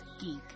geek